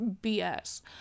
bs